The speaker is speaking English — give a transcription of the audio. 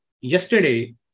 Yesterday